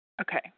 Okay